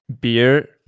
Beer